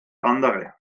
andere